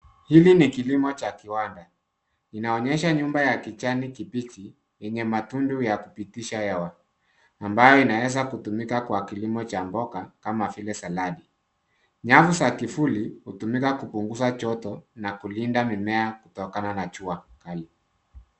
Hili ni kilimo cha kiwanda. Inaonyesha nyumba ya kijani kibichi yenye matundu ya kupitisha hewa ambayo inaweza kutumika kwa kilimo cha mboga kama vile saladi. Nyavu za kivuli, hutumika kupunguza joto na kulinda mimea kutokana na jua kali.